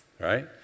right